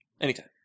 Anytime